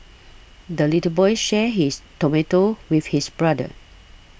the little boy shared his tomato with his brother